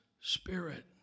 spirit